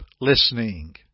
listening